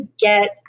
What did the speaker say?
get